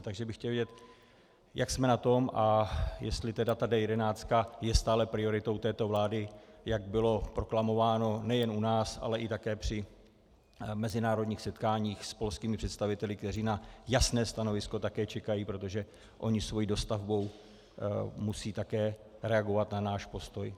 Takže bych chtěl vědět, jak jsme na tom a jestli tedy D11 je stále prioritou této vlády, jak bylo proklamováno nejen u nás, ale také při mezinárodních setkáních s polskými představiteli, kteří na jasné stanovisko také čekají, protože oni svojí dostavbou musí také reagovat na náš postoj.